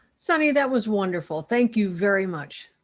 sunny. that was wonderful. thank you very much.